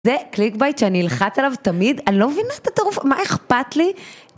זה קליק בייט שאני אלחץ עליו תמיד, אני לא מבינה את הטרוף, מה אכפת לי?